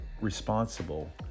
responsible